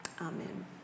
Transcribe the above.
Amen